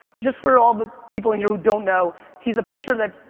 just for all the people in here who don't know, he's a pitcher that,